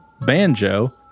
Banjo